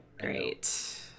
great